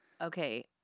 okay